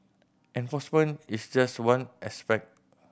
enforcement is just one aspect